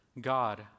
God